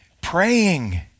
Praying